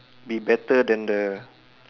be better than the